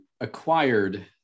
acquired